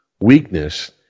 weakness